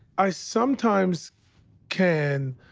i sometimes can.